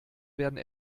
werden